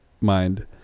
mind